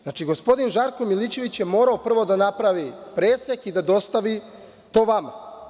Znači, gospodin Žarko Milićević je morao prvo da napravi presek i da dostavi to vama.